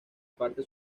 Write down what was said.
parte